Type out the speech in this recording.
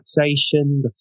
relaxation